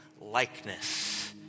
likeness